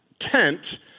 tent